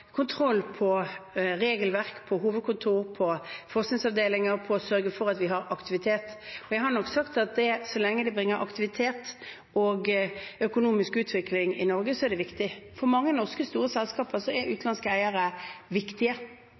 kontroll på regelverk, på hovedkontor, på forskningsavdelinger, på å sørge for at vi har aktivitet. Jeg har nok sagt at så lenge det bringer aktivitet og økonomisk utvikling i Norge, er det viktig. For mange store norske selskaper er utenlandske eiere viktige